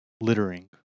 littering